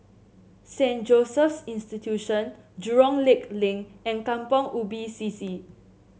Saint Joseph's Institution Jurong Lake Link and Kampong Ubi C C